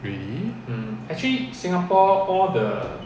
really